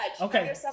Okay